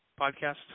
podcast